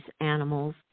animals